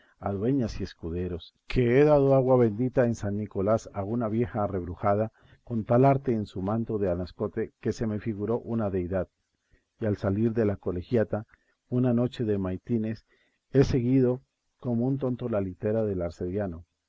a dueñas y escuderos que he dado agua bendita en san nicolás a una vieja arrebujada con tal arte en su manto de anascote que se me figuró una deidad y al salir de la colegiata una noche de maitines he seguido como un tonto la litera del arcediano